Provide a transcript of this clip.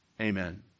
Amen